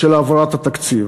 של הבראת התקציב.